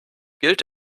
gilt